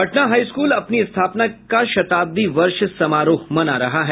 Patna high school अपनी स्थापना का शताब्दी वर्ष समारोह मना रहा है